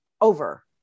over